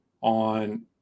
on